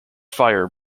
fire